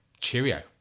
cheerio